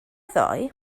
ddoe